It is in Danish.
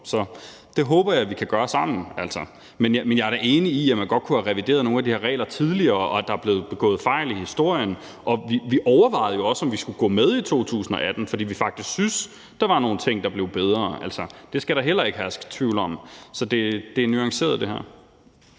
Så det håber jeg vi kan gøre sammen, men jeg er da enig i, at man godt kunne have revideret nogle af de her regler tidligere, og at der er blevet begået fejl i historien. Og vi overvejede jo også, om vi skulle gå med i 2018, fordi vi faktisk syntes, at der var nogle ting, der blev bedre. Altså, det skal der heller ikke herske tvivl om. Så det her er nuanceret. Kl.